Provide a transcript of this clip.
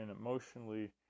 emotionally